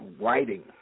writing